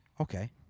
Okay